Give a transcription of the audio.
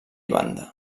banda